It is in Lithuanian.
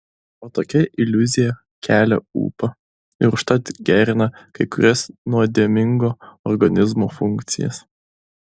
o tokia iliuzija kelia ūpą ir užtat gerina kai kurias nuodėmingo organizmo funkcijas